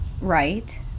right